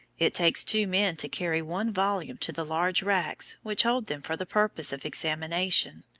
it takes two men to carry one volume to the large racks which hold them for the purpose of examination.